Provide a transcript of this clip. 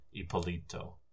Ippolito